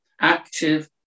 active